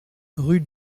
rue